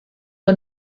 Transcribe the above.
que